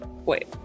Wait